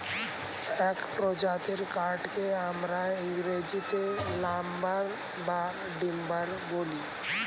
এক প্রজাতির কাঠকে আমরা ইংরেজিতে লাম্বার বা টিম্বার বলি